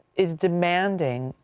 is demanding,